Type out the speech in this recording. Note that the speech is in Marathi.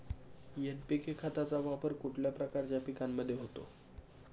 एन.पी.के खताचा वापर कुठल्या प्रकारच्या पिकांमध्ये होतो?